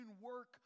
work